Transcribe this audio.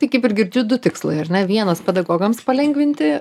tai kaip ir girdžiu du tikslai ar ne vienas pedagogams palengvinti